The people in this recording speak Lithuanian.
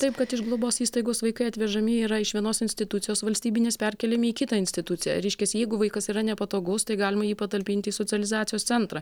taip kad iš globos įstaigos vaikai atvežami yra iš vienos institucijos valstybinės perkeliami į kitą instituciją reiškias jeigu vaikas yra nepatogus tai galima jį patalpinti į socializacijos centrą